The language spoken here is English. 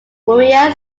maria